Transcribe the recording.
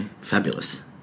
fabulous